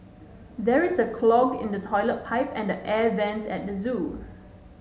there is a clog in the toilet pipe and air vents at the zoo